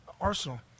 Arsenal